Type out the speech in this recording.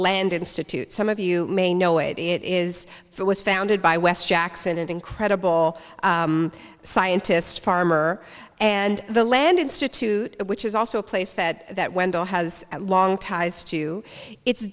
land institute some of you may know it it is it was founded by west jackson an incredible scientist farmer and the land institute which is also a place that that wendell has long ties to it's